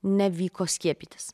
nevyko skiepytis